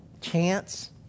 chance